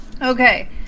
Okay